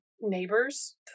neighbors